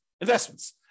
investments